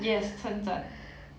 yes 称赞